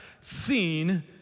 seen